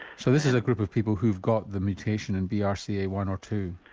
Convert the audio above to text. so this is a group of people who've got the mutation in b r c a one or two?